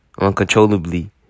uncontrollably